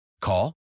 Call